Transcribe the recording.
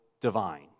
divine